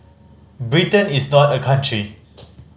Britain is not a country